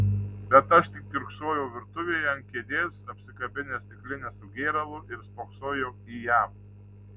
bet aš tik kiurksojau virtuvėje ant kėdės apsikabinęs stiklinę su gėralu ir spoksojau į ją